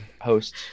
host